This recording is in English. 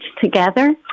together